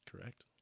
Correct